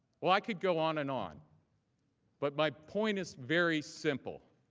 like could go on and on but my point is very simple.